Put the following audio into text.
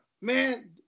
man